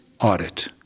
audit